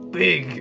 big